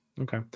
Okay